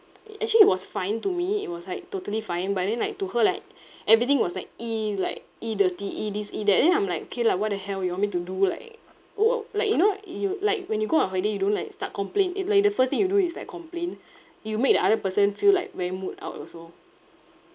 a~ actually it was fine to me it was like totally fine but then like to her like everything was like !ee! like !ee! dirty !ee! this !ee! that then I'm like okay lah what the hell you want me to do like wha~ wha~ like you know you like when you go on holiday you don't like start complain it like the first thing you do is like complain you make the other person feel like very mood out also